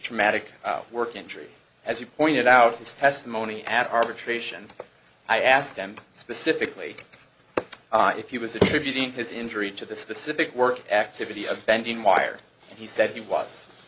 traumatic work injury as you pointed out his testimony at arbitration i asked him specifically if you was attributing his injury to the specific work activity of spending wires and he said he was